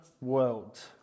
world